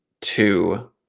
two